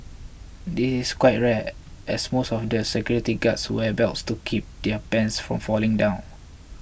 this is quite rare as most other security guards wear belts to keep their pants from falling down